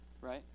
Right